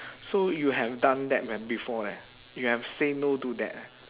so you have done that when before eh you have say no to that eh